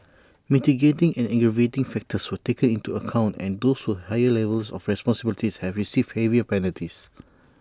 mitigating and aggravating factors were taken into account and those with higher level of responsibilities have received heavier penalties